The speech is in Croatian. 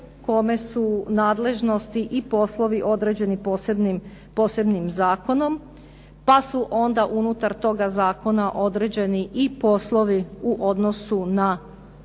kome su u nadležnosti i poslovi određeni posebnim zakonom pa su onda unutar toga zakona određeni i poslovi u odnosu na